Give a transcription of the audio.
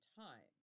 time